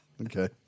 Okay